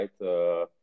right